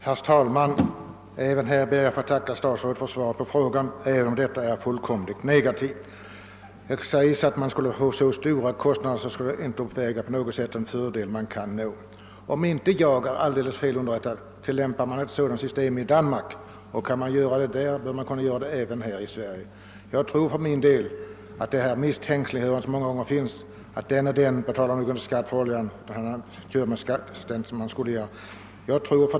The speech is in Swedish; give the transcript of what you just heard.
Herr talman! Jag ber att få tacka statsrådet också för detta svar, även om svaret är helt negativt. Statsrådet säger att kostnaderna skulle bli så stora att de inte på något sätt kunde uppväga fördelarna. Men om jag inte är alldeles fel underrättad tillämpas ett sådant här system i Danmark, och kan man tillämpa det där borde man kunna göra det även här i Sverige. Jag tror att det misstänkliggörande som ibland förekommer — man säger att den och den inte betalar någon skatt för oljan — då skulle upphöra.